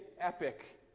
epic